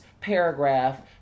paragraph